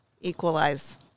equalize